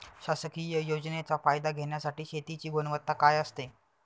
शासकीय योजनेचा फायदा घेण्यासाठी शेतीची गुणवत्ता काय असते?